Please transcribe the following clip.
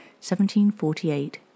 1748